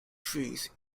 trees